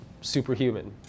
superhuman